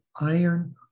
iron